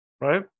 Right